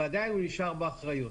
ועדיין הוא נשאר באחריות.